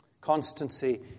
Constancy